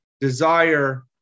desire